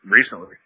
recently